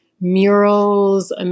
murals